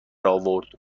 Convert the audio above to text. آورد